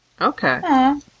Okay